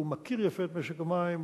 הוא מכיר יפה את משק המים.